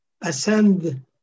ascend